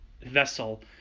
vessel